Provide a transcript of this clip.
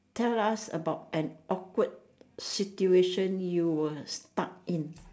tell us about an awkward situation you were stuck in